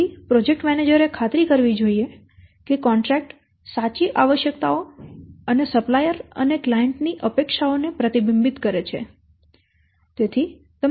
તેથી project manager એ ખાતરી કરવી જોઈએ કે કોન્ટ્રેક્ટ સાચી આવશ્યકતાઓ અને સપ્લાયર અને ક્લાયંટ ની અપેક્ષાઓને પ્રતિબિંબિત કરે છે